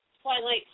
Twilight